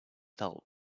felt